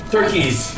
Turkeys